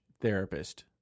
therapist